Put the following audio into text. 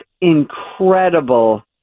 incredible